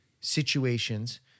situations